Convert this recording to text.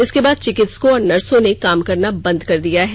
इसके बाद चिकित्सकों और नर्सों ने काम करना बंद कर दिया है